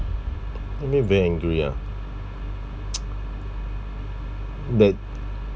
made me very angry ah that